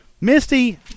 misty